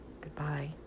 Goodbye